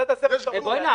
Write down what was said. ביקשתי כאן להוסיף כסף,